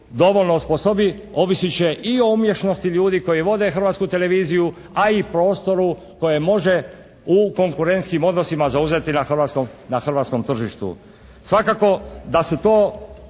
dovoljno osposobi ovisit će i o umješnosti ljudi koji vode Hrvatsku televiziju a i prostoru koji može u konkurentskim odnosima zauzeti na hrvatskom tržištu. Svakako da su to